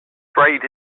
sprayed